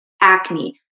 Acne